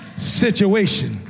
situation